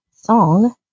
song